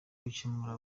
gukebura